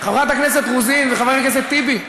חברת הכנסת רוזין וחבר הכנסת טיבי.